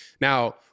Now